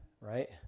right